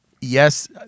yes